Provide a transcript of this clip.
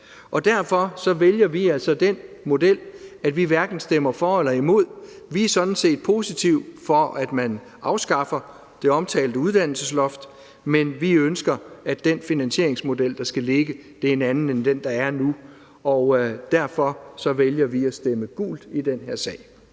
og derfor vælger vi altså den model, at vi hverken stemmer for eller imod. Vi er sådan set positive over for, at man afskaffer det omtalte uddannelsesloft, men vi ønsker, at den finansieringsmodel, der skal ligge, er en anden end den, der er der nu, og derfor vælger vi at stemme gult i den her sag.